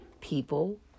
people